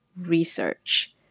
research